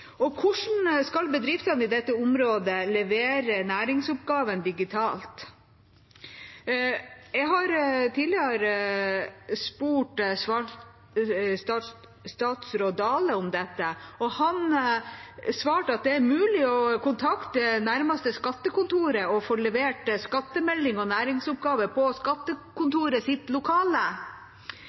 ikke. Hvordan skal bedriftene i dette området levere næringsoppgaven digitalt? Jeg har tidligere spurt statsråd Dale om dette, og han svarte at det er mulig å kontakte nærmeste skattekontor og få levert skattemelding og næringsoppgave